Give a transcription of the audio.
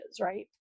right